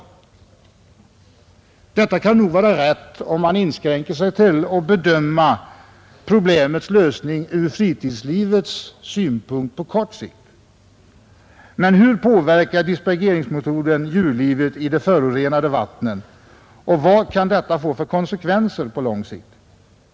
Detta kan nog vara rätt om man inskränker sig till att bedöma problemets lösning ur fritidslivets synpunkt i kort perspektiv. Men hur påverkar dispergeringsmetoden djurlivet i de förorenade vattnen, och vad kan detta få för konsekvenser på lång sikt?